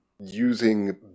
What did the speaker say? using